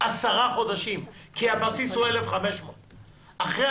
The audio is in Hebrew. עשרה חודשים כי הבסיס הוא 1,500. אחרי